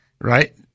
right